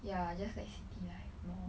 ya I just like city life more